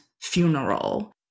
funeral